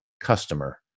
customer